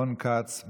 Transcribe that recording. רון כץ,